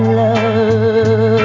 love